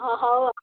ହଁ ହଉ ଆଉ